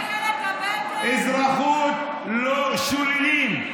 אזרחות לא שוללים.